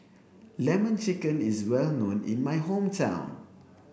lemon chicken is well known in my hometown